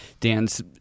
Dan's